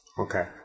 Okay